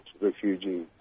refugees